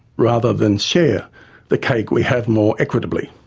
rather than share the cake we have more equitably.